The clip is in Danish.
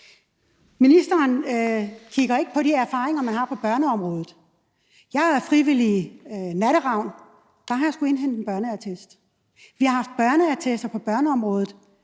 Ministeren kigger ikke på de erfaringer, man har på børneområdet. Jeg er frivillig Natteravn. Der skulle jeg indhente en børneattest. Vi har haft børneattester på børneområdet